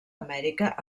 amèrica